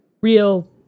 real